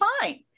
fine